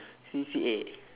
C_C_A